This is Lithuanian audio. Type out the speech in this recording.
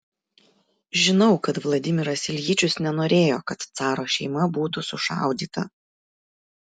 žinau kad vladimiras iljičius nenorėjo kad caro šeima būtų sušaudyta